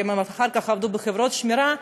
כי הם אחר כך עבדו בחברות שמירה,